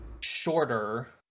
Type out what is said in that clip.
shorter